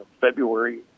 February